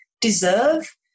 deserve